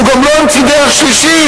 הוא גם לא המציא דרך שלישית.